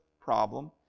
problem